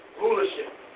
Rulership